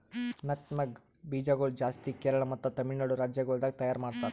nutmeg ಬೀಜ ಗೊಳ್ ಜಾಸ್ತಿ ಕೇರಳ ಮತ್ತ ತಮಿಳುನಾಡು ರಾಜ್ಯ ಗೊಳ್ದಾಗ್ ತೈಯಾರ್ ಮಾಡ್ತಾರ್